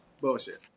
Bullshit